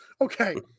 Okay